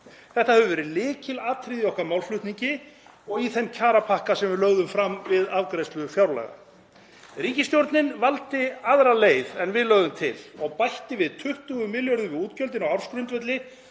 Þetta hefur verið lykilatriði í okkar málflutningi og í þeim kjarapakka sem við lögðum fram við afgreiðslu fjárlaga. Ríkisstjórnin valdi aðra leið en við lögðum til og bætti við 20 milljörðum við útgjöldin á ársgrundvelli